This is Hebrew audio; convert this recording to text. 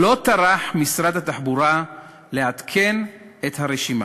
לא טרח משרד התחבורה לעדכן את הרשימה.